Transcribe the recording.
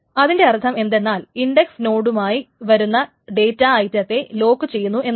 അതിൻറെ അർത്ഥം എന്തെന്നാൽ ഇൻഡക്സ് നോഡുമായി വരുന്ന ഡേറ്റ ഐറ്റത്തെ ലോക്ക് ചെയ്യുന്നു എന്നാണ്